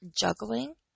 juggling